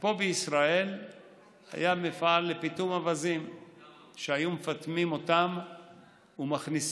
פה בישראל היה מפעל לפיטום אווזים והיו מפטמים אותם ומכניסים